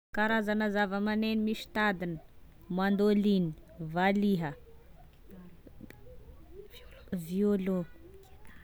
Karazana zava-maneno misy tadiny: mandoliny, valiha, violô